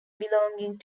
belonging